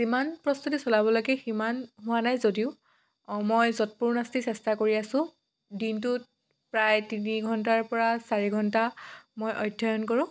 যিমান প্ৰস্তুতি চলাব লাগে সিমান হোৱা নাই যদিও মই যৎপৰোনাস্তি চেষ্টা কৰি আছোঁ দিনটোত প্ৰায় তিনি ঘণ্টাৰ পৰা চাৰি ঘণ্টা মই অধ্যয়ন কৰোঁ